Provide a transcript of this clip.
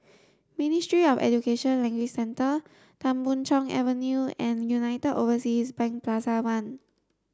Ministry of Education Language Centre Tan Boon Chong Avenue and United Overseas Bank Plaza One